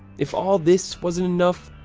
if all this wasn't enough,